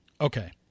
okay